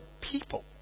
people